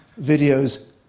videos